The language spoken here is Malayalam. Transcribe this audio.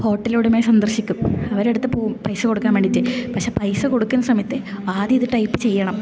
ഹോട്ടലുടമയെ സന്ദർശിക്കും അവരുടെ അടുത്ത് പോകും പൈസ കൊടുക്കാൻ വേണ്ടിയിട്ട് പക്ഷെ പൈസ കൊടുക്കുന്ന സമയത്ത് ആദ്യ ഇത് ടൈപ്പ് ചെയ്യണം